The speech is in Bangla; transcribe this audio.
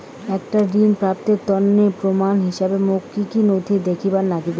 একটা ঋণ প্রাপ্তির তন্ন প্রমাণ হিসাবে মোক কী কী নথি দেখেবার নাগিবে?